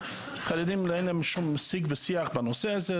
לחרדים אין שום שיג ושיח בנושא הזה,